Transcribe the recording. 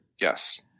yes